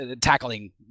tackling